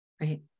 Right